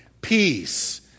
peace